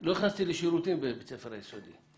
לא נכנסתי לשירותים בבית הספר היסודי.